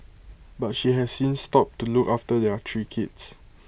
but she has since stopped to look after their three kids